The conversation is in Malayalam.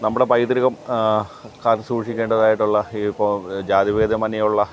നമ്മുടെ പൈതൃകം കാത്തുസൂക്ഷിക്കേണ്ടതായിട്ടുള്ള ഈ ഇപ്പം ജാതിഭേദമന്യേ ഉള്ള